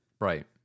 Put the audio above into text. Right